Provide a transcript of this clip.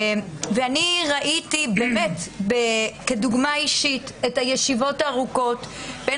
ראיתי כדוגמה אישית את הישיבות הארוכות בין